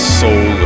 soul